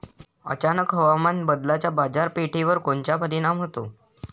अचानक हवामान बदलाचा बाजारपेठेवर कोनचा परिणाम होतो?